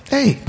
Hey